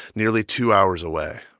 nearly two hours away.